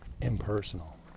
impersonal